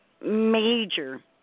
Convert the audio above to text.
major